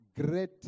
great